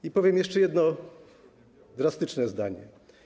I powiem jeszcze jedno drastyczne zdanie.